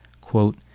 Quote